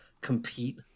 compete